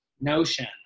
notion